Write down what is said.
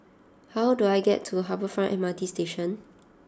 how do I get to Harbour Front M R T Station